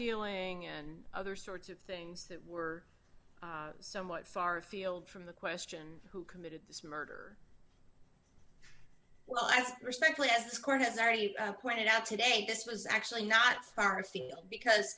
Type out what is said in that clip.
dealing and other sorts of things that were somewhat far afield from the question who committed this murder well as respectfully as this court has already pointed out today this was actually not far afield because